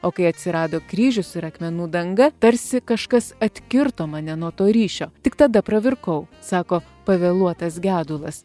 o kai atsirado kryžius ir akmenų danga tarsi kažkas atkirto mane nuo to ryšio tik tada pravirkau sako pavėluotas gedulas